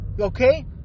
Okay